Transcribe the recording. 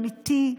אמיתי.